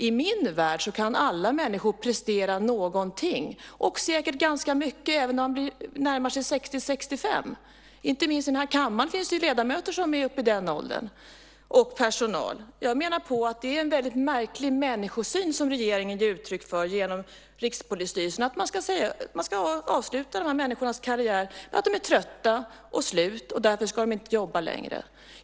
I min värld kan alla människor prestera någonting - och säkert ganska mycket - även om de närmar sig 60-65. Inte minst i den här kammaren finns det ju ledamöter och personal som är i den åldern. Jag menar att det är en väldigt märklig människosyn som regeringen ger uttryck för genom Rikspolisstyrelsen. Man ska avsluta de här människornas karriärer. De är trötta och slut, och därför ska de inte jobba längre.